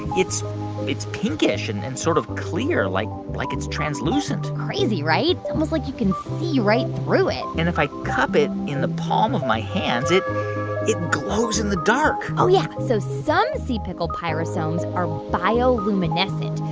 it's it's pinkish and and sort of clear like like it's translucent crazy, right? it's almost like you can see right through it and if i cup it in the palm of my hands, it it glows in the dark oh, yeah. so some sea pickle pyrosomes or bioluminescent,